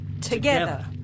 Together